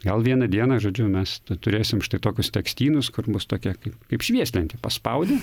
gal vieną dieną žodžiu mes tu turėsim štai tokius tekstynus kur bus tokia kaip švieslentė paspaudi